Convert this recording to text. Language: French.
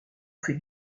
fait